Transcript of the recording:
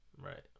Right